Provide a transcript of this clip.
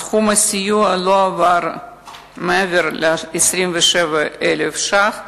סכום הסיוע לא היה מעבר ל-27,000 שקלים,